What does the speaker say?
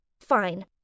Fine